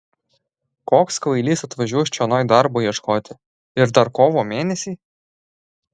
koks kvailys atvažiuos čionai darbo ieškoti ir dar kovo mėnesį